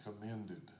commended